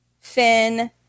Finn